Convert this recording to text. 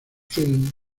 film